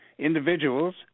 individuals